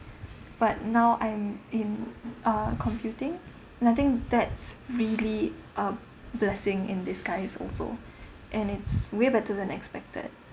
but now I'm in uh computing and I think that's really a blessing in disguise also and it's way better than expected